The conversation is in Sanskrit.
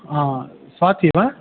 हा स्वाती वा